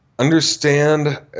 Understand